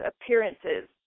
appearances